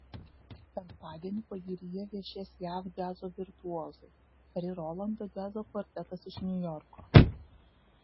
penktadienį pajūryje viešės jav džiazo virtuozai ari rolando džiazo kvartetas iš niujorko